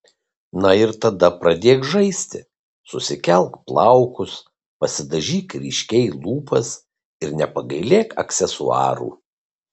na ir tada pradėk žaisti susikelk plaukus pasidažyk ryškiai lūpas ir nepagailėk aksesuarų